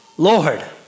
Lord